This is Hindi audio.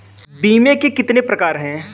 बीमे के कितने प्रकार हैं?